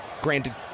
Granted